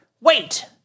Wait